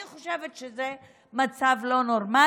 אני חושבת שזה מצב לא נורמלי,